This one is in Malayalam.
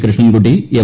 കൃഷ്ണൻകുട്ടി എം